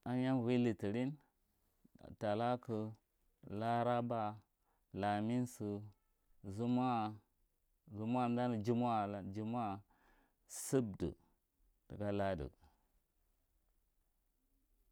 A hiyan umvo litilin, talaku, laraba, lamisu, zumawa, zumawa umdanu jumawa alan, subdue tika ladu.